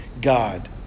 God